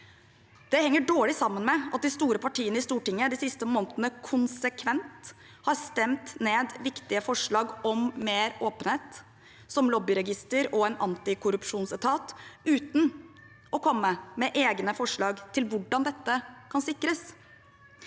Det henger dårlig sammen med at de store partiene i Stortinget de siste månedene konsekvent har stemt ned viktige forslag om mer åpenhet – som lobbyregister og antikorrupsjonsetat – uten å komme med egne forslag til hvordan dette kan sikres.